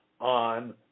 on